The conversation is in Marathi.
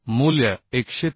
मूल्य 193